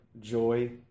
joy